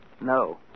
No